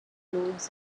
includes